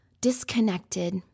disconnected